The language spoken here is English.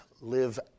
live